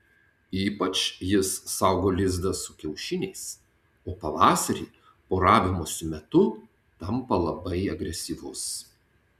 ypač jis saugo lizdą su kiaušiniais o pavasarį poravimosi metu tampa labai agresyvus